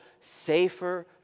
safer